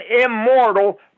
immortal